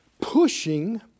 pushing